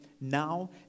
now